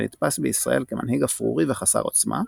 שנתפס בישראל כמנהיג אפרורי וחסר עוצמה,